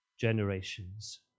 generations